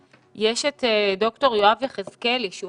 יואב יחזקאלי ביקש להתייחס,